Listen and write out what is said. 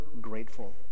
grateful